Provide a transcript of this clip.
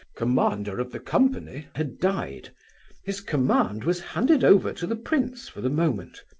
commander of the company, had died his command was handed over to the prince for the moment.